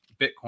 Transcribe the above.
Bitcoin